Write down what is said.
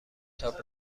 تاپ